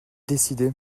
décidé